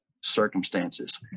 circumstances